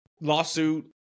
lawsuit